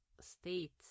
states